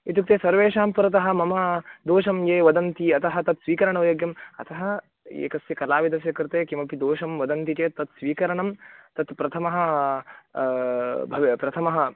इत्युक्ते सर्वेषां पुरतः मम दोषं ये वदन्ति अतः तत्स्वीकरणयोग्यम् अतः एकस्य कलाविदस्य कृते किमपि दोषं वदन्ति चेत् तत्स्वीकरणं तत्प्रथमः भव् प्रथमः